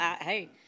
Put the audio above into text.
Hey